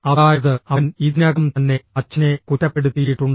അതായത് അവൻ ഇതിനകം തന്നെ അച്ഛനെ കുറ്റപ്പെടുത്തിയിട്ടുണ്ട്